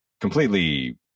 Completely